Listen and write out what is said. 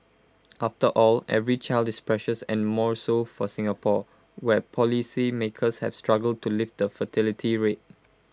after all every child is precious and more so for Singapore where policymakers have struggled to lift the fertility rate